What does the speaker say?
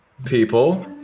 people